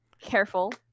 careful